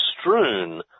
strewn